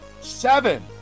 seven